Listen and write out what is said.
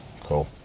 Cool